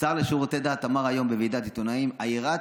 השר לשירותי דת אמר היום בוועידת עיתונאים: יראת